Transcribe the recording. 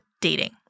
dating